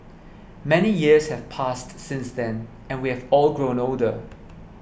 many years have passed since then and we have all grown older